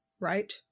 right